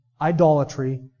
idolatry